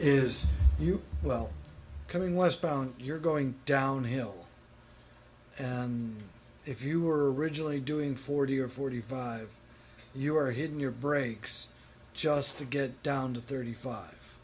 is you well coming westbound you're going downhill and if you were originally doing forty or forty five you're hidden your brakes just to get down to thirty five